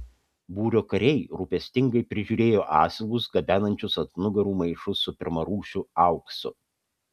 būrio kariai rūpestingai prižiūrėjo asilus gabenančius ant nugarų maišus su pirmarūšiu auksu